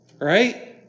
Right